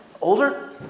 Older